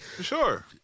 Sure